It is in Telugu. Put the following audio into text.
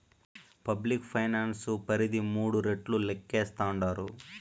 పబ్లిక్ ఫైనాన్స్ పరిధి మూడు రెట్లు లేక్కేస్తాండారు